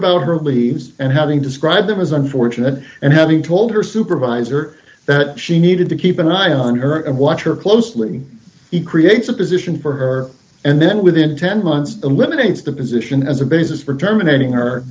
about her body and having described him as unfortunate and having told her supervisor that she needed to keep an eye on her and watch her closely he creates a position for her and then within ten months eliminates the position as a basis for terminating